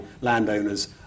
landowners